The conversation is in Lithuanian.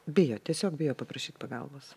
bijo tiesiog bijo paprašyt pagalbos